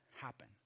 happen